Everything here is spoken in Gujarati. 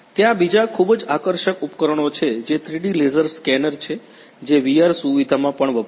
ત્યાં બીજા ખૂબ જ આકર્ષક ઉપકરણો છે જે 3ડી લેસર સ્કેનર છે જે VR સુવિધામાં પણ વપરાય છે